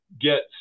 get